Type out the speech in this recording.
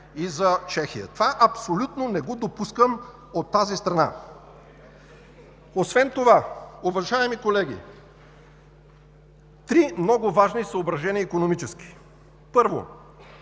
и за Чехия! Това абсолютно не го допускам от тази страна. Освен това, уважаеми колеги, три много важни икономически